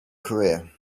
career